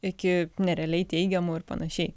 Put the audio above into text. iki nerealiai teigiamų ir panašiai